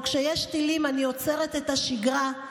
וכשיש טילים אני עוצרת את השגרה,